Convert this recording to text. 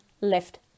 left